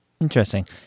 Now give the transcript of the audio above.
Interesting